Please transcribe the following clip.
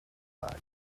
bag